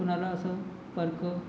कुणाला असं परकं